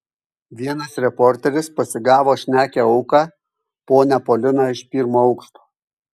vienas reporteris pasigavo šnekią auką ponią poliną iš pirmo aukšto